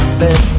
bed